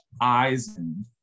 Eisen